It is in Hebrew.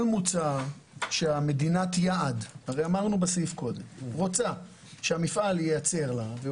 כל מוצר שמדינת היעד רוצה שהמפעל ייצר לה והיא